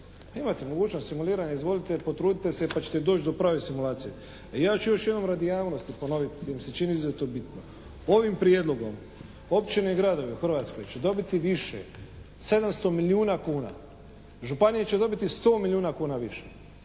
Imate mogućnost simuliranja, izvolite potrudite se pa ćete doći do prave simulacije. Ja ću još jednom radi javnosti ponoviti, jer mi se čini da je to bitno. Ovim prijedlogom općine i gradovi u Hrvatskoj će dobiti više 700 milijuna kuna. Županije će dobiti 100 milijuna kuna više